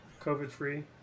COVID-free